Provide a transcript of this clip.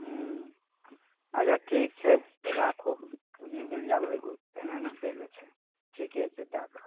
हूँ अच्छा ठीक छै तऽ राखू एना एना दै लऽ छै ठीके छै दए दहौ